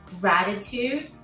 gratitude